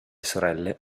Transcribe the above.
sorelle